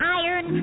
iron